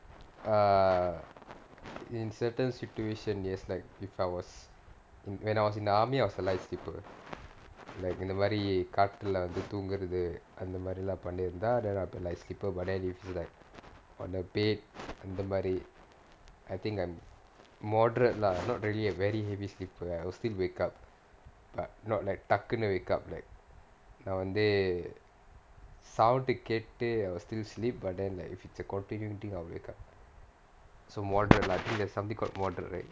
err in certain situation yes like if I was i~ when I was in the army I was a light sleeper like இந்த மாரி காட்டுல வந்து தூங்கறது அந்த மாரி எல்லாம் பண்ணிருந்தா:intha maari kaatula vanthu thoongrathu antha maari ellaam pannirunthaa then I'm a light sleeper but then if I'm like on the bed அந்த மாரி:antha maari I think I'm moderate lah not really a very heavy sleeper I will still wake up but not like டக்குனு:takkunu wake up like நான் வந்து:naan vanthu sound கேட்டு:kettu I will still sleep but then like if it's a continue thing I'll wake up so moderate lah there's something called moderate right